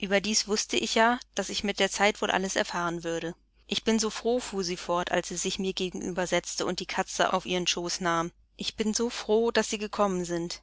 überdies wußte ich ja daß ich mit der zeit wohl alles erfahren würde ich bin so froh fuhr sie fort als sie sich mir gegenüber setzte und die katze auf ihren schoß nahm ich bin so froh daß sie gekommen sind